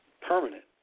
permanent